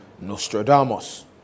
Nostradamus